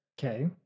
Okay